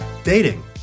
Dating